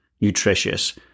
nutritious